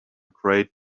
great